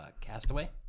Castaway